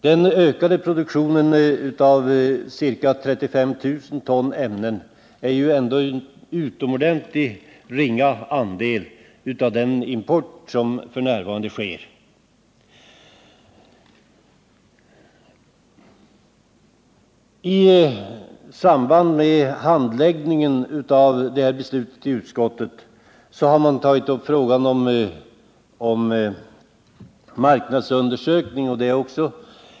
Den ökade produktionen av ca 35 000 ton ämnen är ändå en utomordentligt ringa andel av den import som f.n. sker. I samband med handläggningen av det här ärendet har utskottet haft uppe frågan om marknadsundersökning.